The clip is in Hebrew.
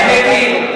האמת היא,